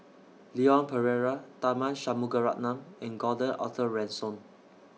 Leon Perera Tharman Shanmugaratnam and Gordon Arthur Ransome